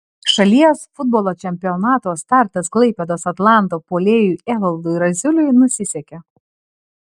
šalies futbolo čempionato startas klaipėdos atlanto puolėjui evaldui razuliui nusisekė